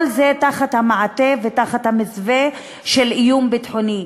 כל זה תחת המעטה ותחת המסווה של איום ביטחוני.